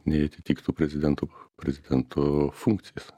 nei atitiktų prezidento prezidento funkcijas